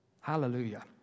Hallelujah